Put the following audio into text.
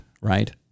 right